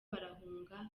barahunga